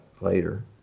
later